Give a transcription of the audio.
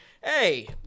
hey